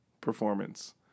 performance